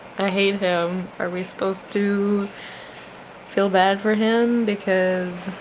i hate him, are we supposed to feel bad for him because i